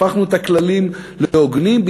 הפכנו את הכללים להוגנים.